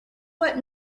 what